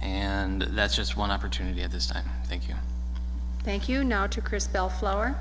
and that's just one opportunity at this time thank you thank you now to chris bellflo